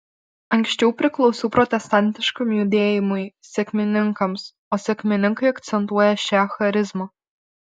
anksčiau priklausiau protestantiškam judėjimui sekmininkams o sekmininkai akcentuoja šią charizmą